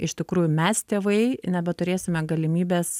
iš tikrųjų mes tėvai nebeturėsime galimybės